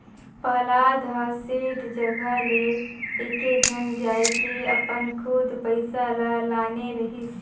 पहलाद ह सेठ जघा ले एकेझन जायके अपन खुद पइसा ल लाने रहिस